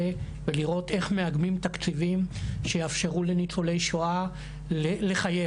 ולראות איך מאגמים תקציבים שיאפשרו לניצולי שואה לחייך.